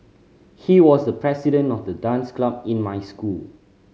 he was the president of the dance club in my school